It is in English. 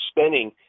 spending